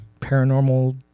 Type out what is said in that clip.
paranormal